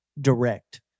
direct